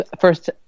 first